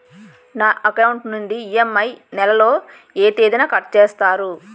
నా అకౌంట్ నుండి ఇ.ఎం.ఐ నెల లో ఏ తేదీన కట్ చేస్తారు?